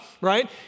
right